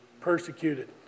persecuted